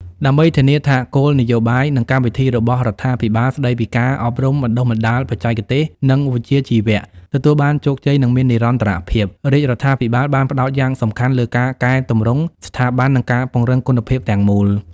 ដើម្បីធានាថាគោលនយោបាយ និងកម្មវិធីរបស់រដ្ឋាភិបាលស្តីពី ការអប់រំបណ្តុះបណ្តាលបច្ចេកទេស និងវិជ្ជាជីវៈ ទទួលបានជោគជ័យ និងមាននិរន្តរភាព រាជរដ្ឋាភិបាលបានផ្តោតយ៉ាងសំខាន់លើ ការកែទម្រង់ស្ថាប័ន និងការពង្រឹងគុណភាពទាំងមូល។